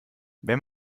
wenn